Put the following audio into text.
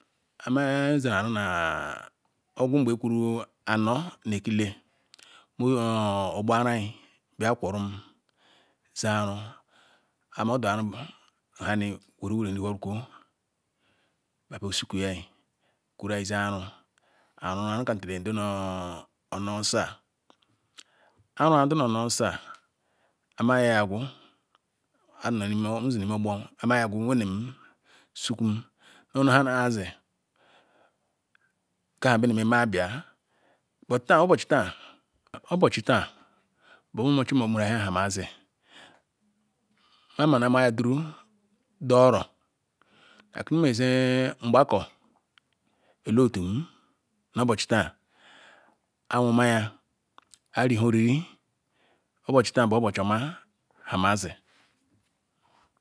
Emeh zeh aru nah agwu ngbe kuru anor ni- ekile moh kpora- nhi zeh aru hama they aru hami ngwe wani riwhaa kuki oze aru ya ruru aru kam onu osa aru zi la ni osisa ayi yagu nzi nimo ogbor suchukwu nu edi-aha obochi tah obochi tah me-la nhe ma-maz nma bia duru oro like nme ze ngbakor elelūm nu obochi tah ayi nwu nmaya ayi vi nhe oriri obochi tah buh obochi omah nhemazi.